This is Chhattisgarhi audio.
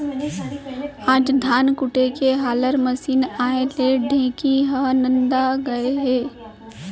आज धान कूटे के हालर मसीन आए ले ढेंकी ह नंदा गए हे